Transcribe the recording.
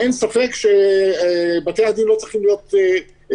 אין ספק שבתי-הדין לא צריכים להיות צעד